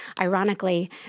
ironically